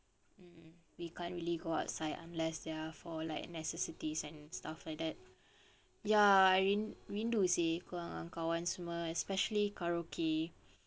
mm we can't really go outside unless they are for like necessities and stuff like that ya rindu seh keluar dengan kawan semua especially karaoke